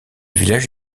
village